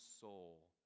soul